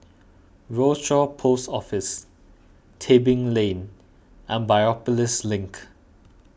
Rochor Post Office Tebing Lane and Biopolis Link